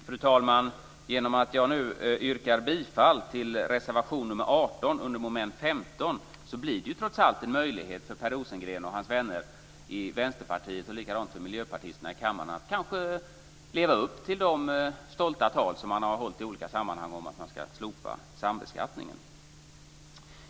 Fru talman! Genom att jag nu yrkar bifall till reservation nr 18 under mom. 15 finns det trots allt en möjlighet för Per Rosengren och hans vänner i Vänsterpartiet och för miljöpartisterna i kammaren att leva upp till de stolta tal som man har hållit i olika sammanhang om att man ska slopa sambeskattningen.